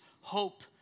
hope